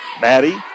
Maddie